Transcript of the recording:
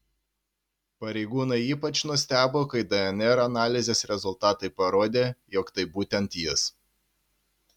pareigūnai ypač nustebo kai dnr analizės rezultatai parodė jog tai būtent jis